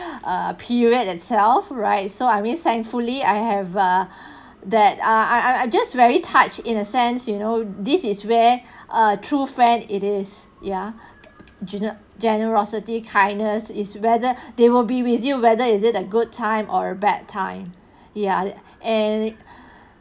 ah period itself right so I mean thankfully I have uh that ah I I'm just very touched in a sense you know this is where a true friend it is ya gene~ generosity kindness is whether they will be with you whether is it a good time or a bad time ya and